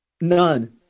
none